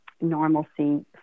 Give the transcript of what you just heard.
normalcy